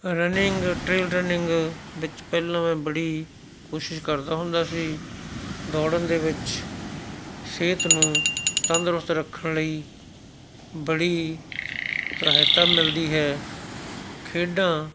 running trail running ਵਿੱਚ ਪਹਿਲਾਂ ਮੈਂ ਬੜੀ ਕੋਸ਼ਿਸ਼ ਕਰਦਾ ਹੁੰਦਾ ਸੀ ਦੌੜਨ ਦੇ ਵਿੱਚ ਸਿਹਤ ਨੂੰ ਤੰਦਰੁਸਤ ਰੱਖਣ ਲਈ ਬੜੀ ਸਹਾਇਤਾ ਮਿਲਦੀ ਹੈ ਖੇਡਾਂ